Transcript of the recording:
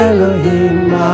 Elohim